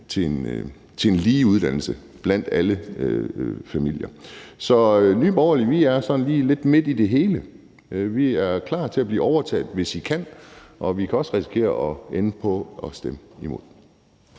til uddannelsen blandt alle familier. Så Nye Borgerlige er sådan lige lidt midt i det hele. Vi er klar til at blive overtalt, hvis I kan, men vi kan også risikere at ende på at stemme imod.